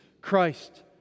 Christ